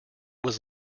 was